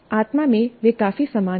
आत्मा में वे काफी समान हैं